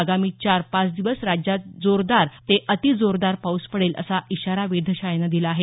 आगामी चार पाच दिवस राज्यात सर्वत्र जोरदार ते अतिजोरदार पाऊस पडेल असा इशारा वेधशाळेनं दिला आहे